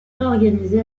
réorganisé